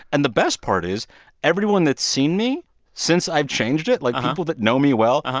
and the best part is everyone that's seen me since i've changed it, like, people that know me well, um